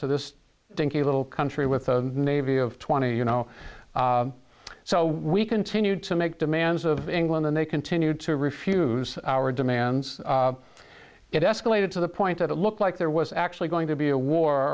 to this dinky little country with a navy of twenty you know so we continued to make demands of england and they continued to refuse our demands it escalated to the point that it looked like there was actually going to be a war